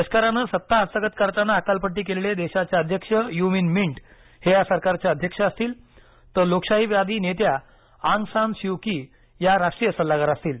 लष्कराने सत्ता हस्तगत करताना हकालपट्टी केलेले देशाचे अध्यक्ष यू मिन मिंट हे या सरकारचे अध्यक्ष असतील तर लोकशाहीवादी नेत्या आंग सान स्यु की या राष्ट्रीय सल्लागार असतील